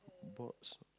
bots